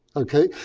ok?